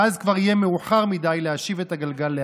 ואז כבר יהיה מאוחר מדי להשיב את הגלגל לאחור.